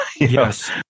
Yes